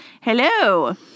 Hello